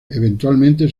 eventualmente